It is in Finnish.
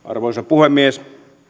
arvoisa puhemies